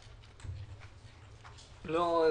לא הבנתי.